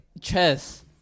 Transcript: Chess